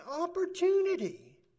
opportunity